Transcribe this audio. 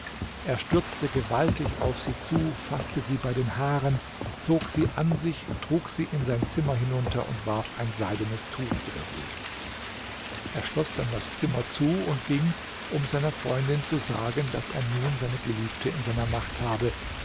er stürzte gewaltig auf sie zu faßte sie bei den haaren zog sie an sich trug sie in sein zimmer hinunter und warf ein seidenes tuch über sie er schloß dann das zimmer zu und ging um seiner freundin zu sagen daß er nun seine geliebte in seiner macht habe